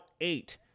eight